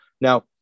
Now